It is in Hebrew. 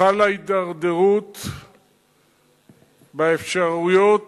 חלה הידרדרות באפשרויות